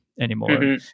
anymore